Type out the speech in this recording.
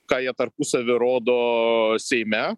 ką jie tarpusavy rodo seime